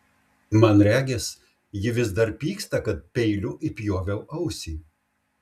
man regis ji vis dar pyksta kad peiliu įpjoviau ausį